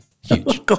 huge